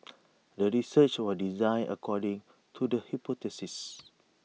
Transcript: the research was designed according to the hypothesis